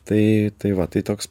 tai tai va tai toks